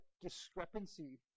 discrepancy